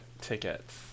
tickets